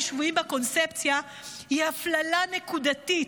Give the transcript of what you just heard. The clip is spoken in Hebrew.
שבויים בקונספציה היא הפללה נקודתית.